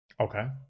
Okay